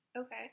Okay